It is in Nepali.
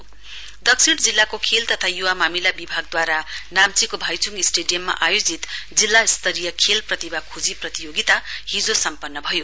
स्पोर्टस सौर्थ दक्षिण जिल्लाको खेल तथा युवा मामिला विभागदूवारा नाम्चीको भाइच्ङ स्टेटियममा आयोजित दिल्ला स्तरीय खेलप्रतिमा खोजी प्रतियोगिता हिजो सम्पन्न भयो